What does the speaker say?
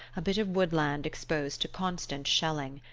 a bit of woodland exposed to constant shelling.